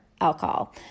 alcohol